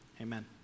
Amen